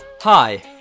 hi